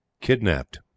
Kidnapped